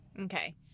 okay